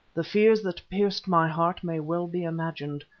the fears that pierced my heart may well be imagined.